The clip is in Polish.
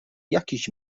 jakiś